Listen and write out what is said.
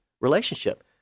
relationship